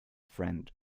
friend